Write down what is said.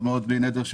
בלי נדר,